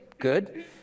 good